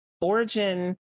origin